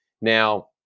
Now